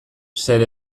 zer